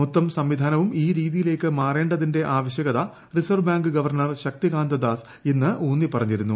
മൊത്തം സംവിധാനവും ഈ രീതിയിലേക്ക് മാറേ തിന്റെ ആവശ്യകത reserve bank governor Shaktikanta Das ഇന്ന് ഉത്നിപ്പറഞ്ഞിരുന്നു